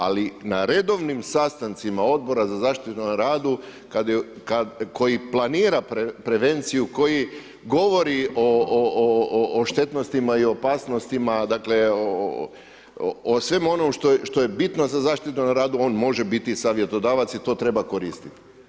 Ali, na redovnim sastancima Odbora za zaštite na radu, koji planira prevenciju, koji govori o štetnostima i opasnostima dakle, o svemu onome što je bitno za zaštitu na radu, on može biti savjetodavac i to treba koristiti.